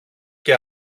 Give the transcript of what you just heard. και